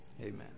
Amen